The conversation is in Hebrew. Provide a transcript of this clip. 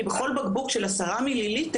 כי בכל בקבוק של 10 מיליליטר,